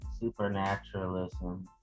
supernaturalism